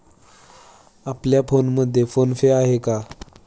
आपल्या फोनमध्ये फोन पे आहे का?